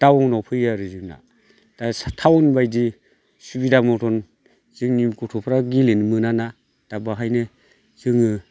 दाउनाव फैयो आरो जोंना दा थाउनबायदि सुबिदा मथन जोंनि गथ'फ्रा गेलेनो मोना ना दा बेवहायनो जोङो